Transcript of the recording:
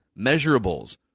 measurables